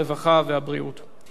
הרווחה והבריאות נתקבלה.